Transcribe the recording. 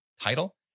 title